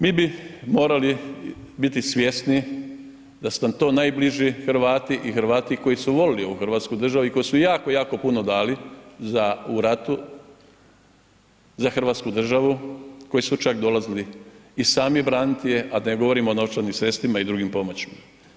Mi bi morali biti svjesni da su nam to najbliži Hrvati i Hrvati koji su volili ovu Hrvatsku državu i koji su jako, jako puno dali za, u ratu za Hrvatsku državu koji su čak dolazili i sami braniti je, a da ne govorim o novčanim sredstvima i drugim pomoćima.